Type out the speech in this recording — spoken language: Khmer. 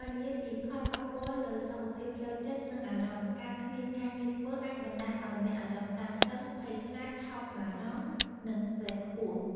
បើនិយាយពីផលប៉ះពាល់លើសុខភាពផ្លូវចិត្ត និងអារម្មណ៍ ការគ្មានការងារធ្វើអាចបណ្ដាលឱ្យមានអារម្មណ៍តានតឹង ភ័យខ្លាច ថប់បារម្ភ និងស្ត្រេសខ្ពស់។